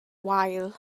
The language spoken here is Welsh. wael